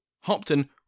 Hopton